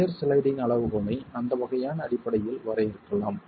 shear sliding அளவுகோலை அந்த வகையான அடிப்படையில் வரையறுக்கலாம்